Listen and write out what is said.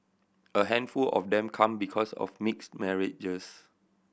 a handful of them come because of mixed marriages